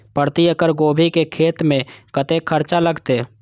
प्रति एकड़ गोभी के खेत में कतेक खर्चा लगते?